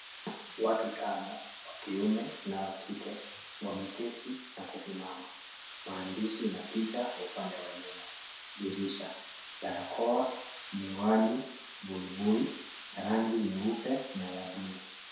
Watu tano wakiume na wakike wameketi nakusimama, maandishi na picha kwa upande wa nyuma, dirisha, barakoa, miwani, buibui ya rangi nyeupe na wa blue .